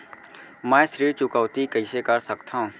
मैं ऋण चुकौती कइसे कर सकथव?